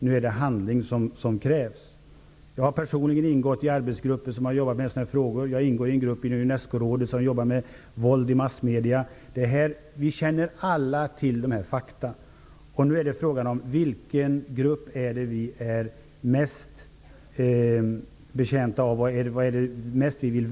Nu är det handling som krävs. Jag har personligen ingått i arbetsgrupper som har jobbat med sådana här frågor. Jag ingår för närvarande i en grupp i Unescorådet som jobbar med våld i massmedierna. Vi känner alla till dessa fakta. Nu är det fråga om vilken grupp vi vill värna mest.